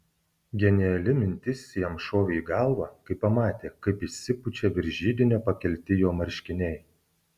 geniali mintis jam šovė į galvą kai pamatė kaip išsipučia virš židinio pakelti jo marškiniai